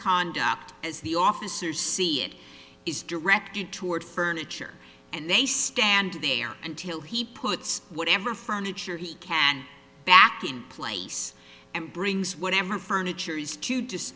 conduct is the officers see it is directed toward furniture and they stand there until he puts whatever furniture he can back in place and brings whatever furniture is to